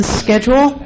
schedule